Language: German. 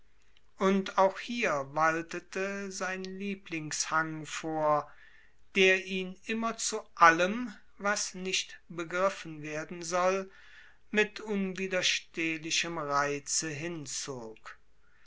und auch hier waltete sein lieblingshang vor der ihn immer zu allem was nicht begriffen werden soll mit unwiderstehlichem reize hinzog